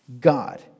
God